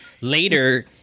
later